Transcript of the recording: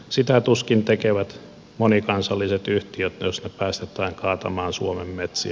sitä tuskin tekevät monikansalliset yhtiöt jos ne päästetään kaatamaan suomen metsiä